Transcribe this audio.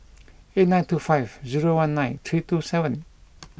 eight nine two five zero one nine three two seven